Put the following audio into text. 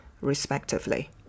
respectively